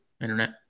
internet